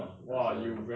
in person